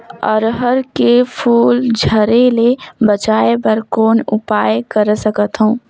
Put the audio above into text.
अरहर के फूल झरे ले बचाय बर कौन उपाय कर सकथव?